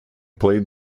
played